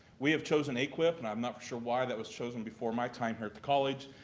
we have chosen aquip, and i'm not for sure why, that was chosen before my time here at college.